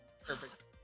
Perfect